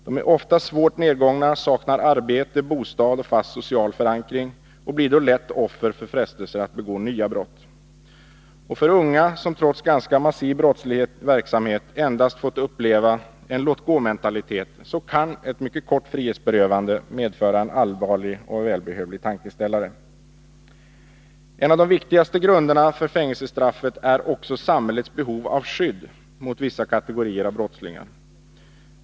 Han är ofta svårt nedgången, saknar arbete, bostad och fast social förankring och blir då lätt offer för frestelsen att begå nya brott. För unga, som trots ganska massiv brottslig verksamhet endast fått uppleva en låt-gå-mentalitet, kan ett mycket kort frihetsberövande medföra en allvarlig och välbehövlig tankeställare. En av de viktigaste grunderna för fängelsestraffet är också samhällets behov av skydd mot vissa kategorier av brottslingar.